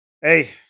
Hey